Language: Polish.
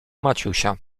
maciusia